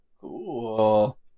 Cool